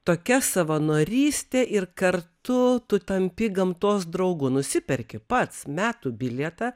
tokia savanorystė ir kartu tu tampi gamtos draugu nusiperki pats metų bilietą